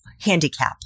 handicap